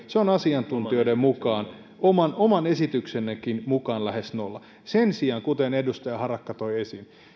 se on asiantuntijoiden ja oman esityksennekin mukaan lähes nolla sen sijaan kuten edustaja harakka toi esiin